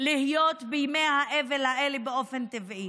להיות בימי האבל האלה באופן טבעי.